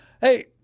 Hey